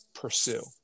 pursue